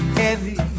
heavy